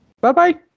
bye-bye